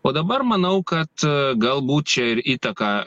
o dabar manau kad galbūt čia ir įtaka